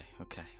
okay